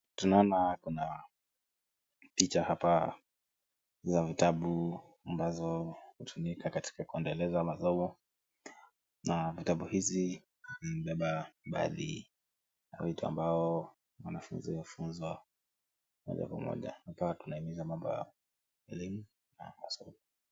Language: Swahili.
Tunaona kuna picha hapa za vitabu ambazo hutumika katikati kuendeleza lazawo. Na vitabu hizi vimebeba baadhi ya vitu ambavyo wanafunzi hufunzwa moja kwa moja. Hapa tunahimiza mambo ya elimu na masomo.